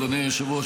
אדוני היושב-ראש,